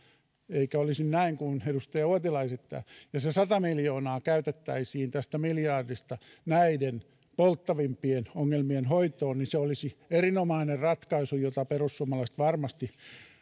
eikä olisi näin kuin edustaja uotila esittää ja se sata miljoonaa käytettäisiin tästä miljardista näiden polttavimpien ongelmien hoitoon se olisi erinomainen ratkaisu jota perussuomalaiset varmasti